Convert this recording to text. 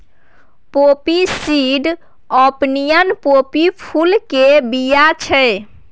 poppy seed opium poppy फुल केर बीया छै